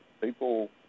people